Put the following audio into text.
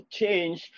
change